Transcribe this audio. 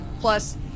plus